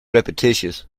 repetitious